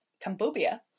Cambodia